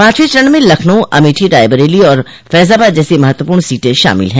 पांचवें चरण में लखनऊ अमेठी रायबरेली और फैजाबाद जैसी महत्वपूर्ण सीटें शामिल हैं